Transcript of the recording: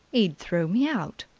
he'd throw me out.